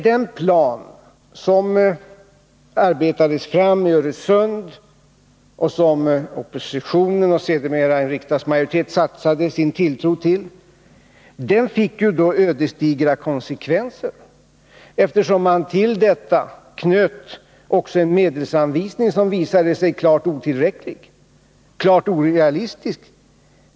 Den plan som arbetades fram hos Öresundsvarvet och som oppositionen och sedermera en riksdagsmajoritet satte sin tilltro till fick då ödesdigra konsekvenser, eftersom man till denna också knöt en medelsanvisning som visade sig klart otillräcklig, klart orealistisk.